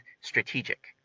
strategic